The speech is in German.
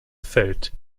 feld